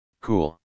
cool